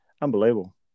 Unbelievable